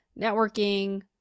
networking